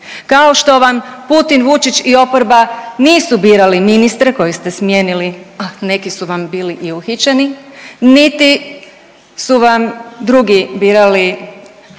Kao što vam Putin, Vučić i oporba nisu birali ministre koje ste smijenili, a neki su vam bili i uhićeni niti su vam drugi birali čelne